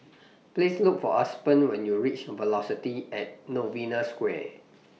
Please Look For Aspen when YOU REACH Velocity At Novena Square